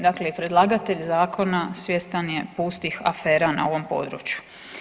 Dakle, i predlagatelj zakona svjestan je pustih afera na ovom području.